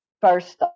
first